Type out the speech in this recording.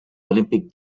olympic